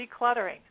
decluttering